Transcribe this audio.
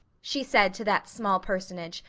she said to that small personage,